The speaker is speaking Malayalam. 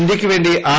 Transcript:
ഇന്ത്യയ്ക്കുവേണ്ടി ആർ